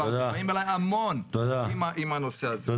באים אליי המון עם הנושא הזה.